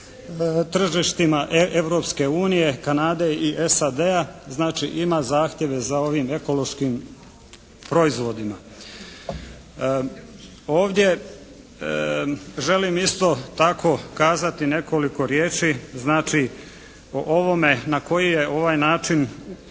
tržištima Europske unije, Kanade i SAD-a znači ima zahtjeve za ovim ekološkim proizvodima. Ovdje želim isto tako kazati nekoliko riječi znači o ovome na koji je način